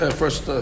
first